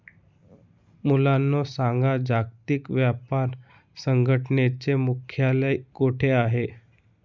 मुलांनो सांगा, जागतिक व्यापार संघटनेचे मुख्यालय कोठे आहे